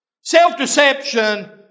Self-deception